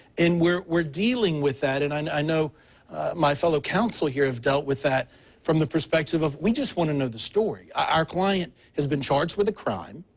and we're we're dealing with that, and i know my fellow council here have dealt with that from the perspective of we just want to know the story. our client has been charged with a crime,